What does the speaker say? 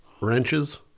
wrenches